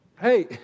hey